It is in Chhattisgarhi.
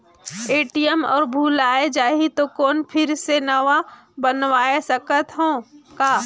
ए.टी.एम भुलाये जाही तो कौन फिर से नवा बनवाय सकत हो का?